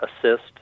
assist